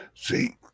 See